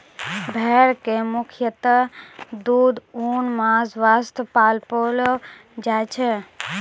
भेड़ कॅ मुख्यतः दूध, ऊन, मांस वास्तॅ पाललो जाय छै